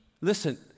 listen